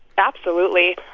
absolutely.